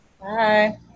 Bye